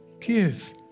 give